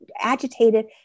Agitated